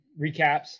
recaps